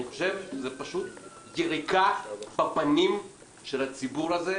אני חושב שזו פשוט יריקה בפנים של הציבור הזה,